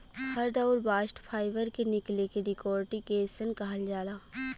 hurd आउर bast fibre के निकले के डेकोर्टिकेशन कहल जाला